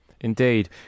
indeed